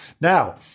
now